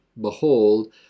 behold